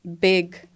big